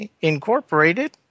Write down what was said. Incorporated